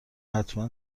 حتما